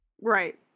Right